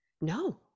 no